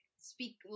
speak